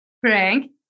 Frank